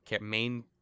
main